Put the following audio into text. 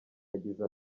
yagize